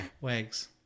wags